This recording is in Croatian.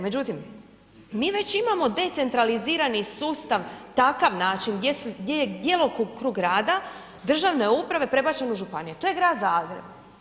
Međutim, mi već imamo decentralizirani sustav takav način gdje je djelokrug rada državne uprave prebačen u županije, to je Grad Zagreb.